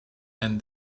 and